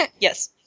Yes